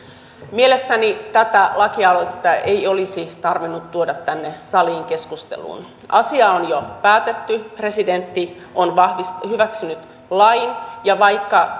mielestäni tätä lakialoitetta ei olisi tarvinnut tuoda tänne saliin keskusteluun asia on jo päätetty presidentti on hyväksynyt lain ja vaikka